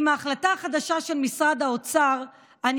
עם ההחלטה החדשה של משרד האוצר אני